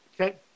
Okay